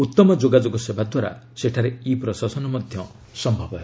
ଉତ୍ତମ ଯୋଗାଯୋଗ ସେବା ଦ୍ୱାରା ସେଠାରେ ଇ ପ୍ରଶାସନ ମଧ୍ୟ ସ୍ୟବ ହେବ